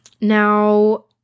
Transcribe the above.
now